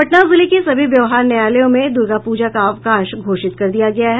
पटना जिले के सभी व्यवहार न्यायालयों में दुर्गा पूजा का अवकाश घोषित कर दिया गया है